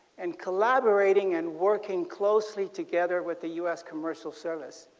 and collaborating and working closely together with the u s. commercial service.